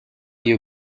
you